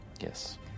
Yes